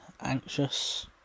Anxious